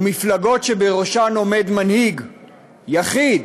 ומפלגות שבראשן עומד מנהיג יחיד,